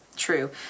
true